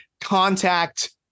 contact